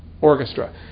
orchestra